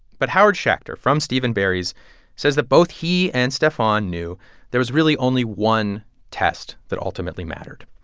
but howard schacter from steve and barry's says that both he and stephon knew there was really only one test that ultimately mattered.